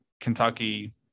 Kentucky